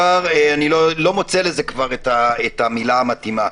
ואני לא מוצא לזה כבר את המילה המתאימה.